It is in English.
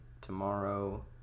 tomorrow